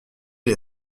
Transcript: les